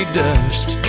dust